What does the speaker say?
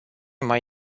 mai